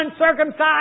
uncircumcised